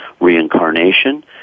reincarnation